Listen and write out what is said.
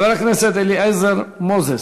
חבר הכנסת מנחם אליעזר מוזס.